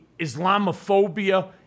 Islamophobia